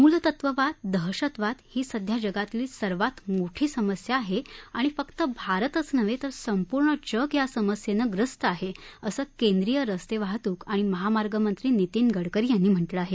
मूलतत्ववाद दहशतवाद ही सध्या जगातली सर्वात मोठी समस्या आहे आणि फक्त भारतच नव्हे तर संपूर्ण जग या समस्येनं ग्रस्त आहे असं केंद्रीय रस्ते वाहतूक आणि महामार्गमंत्री नितिन गडकरी यांनी म्हटलं आहे